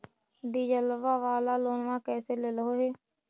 डीजलवा वाला लोनवा कैसे लेलहो हे?